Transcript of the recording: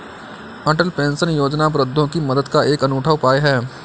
अटल pension योजना वृद्धों की मदद का एक अनूठा उपाय है